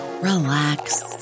relax